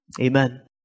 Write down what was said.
Amen